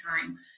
time